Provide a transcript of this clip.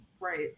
Right